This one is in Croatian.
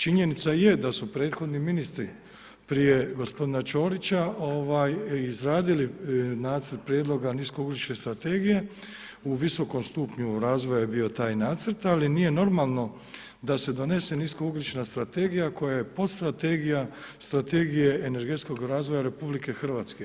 Činjenica je da su prethodni ministri prije gospodina Ćorića izradili Nacrt prijedloga niskougljične strategije, u visokom stupnju razvoja je bio taj nacrt, ali nije normalno da se donese niskougljična strategija koja je podstrategija strategije energetskog razvoja RH.